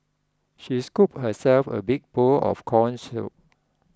she scooped herself a big bowl of Corn Soup